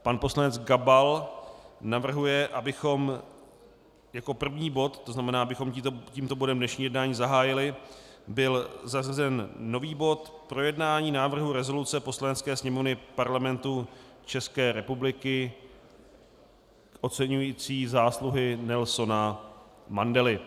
Pan poslanec Gabal navrhuje, abychom jako první bod, to znamená, abychom tímto bodem dnešní jednání zahájili, byl zařazen nový bod projednání návrhu rezoluce Poslanecké sněmovny Parlamentu České republiky oceňující zásluhy Nelsona Mandely.